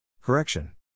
Correction